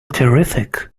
terrific